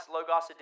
Logos